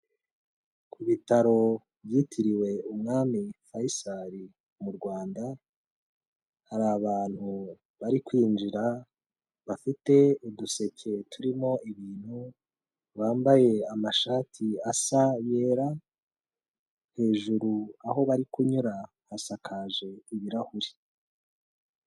Ku bitaro byitiriwe Umwami Faisal mu Rwanda hari abantu bari kwinjira bafite uduseke turimo ibintu bambaye amashati asa yera, hejuru aho bari kunyura hasakaje ibirahuri.